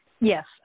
Yes